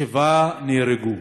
שבעה נהרגו.